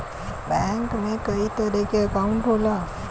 bank में कई तरे क अंकाउट होला